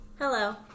Hello